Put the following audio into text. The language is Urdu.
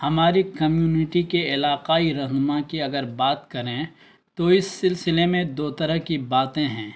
ہماری کمیونٹی کے علاقائی رہنما کی اگر بات کریں تو اس سلسلے میں دو طرح کی باتیں ہیں